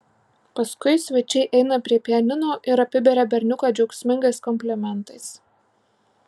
paskui svečiai eina prie pianino ir apiberia berniuką džiaugsmingais komplimentais